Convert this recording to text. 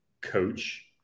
coach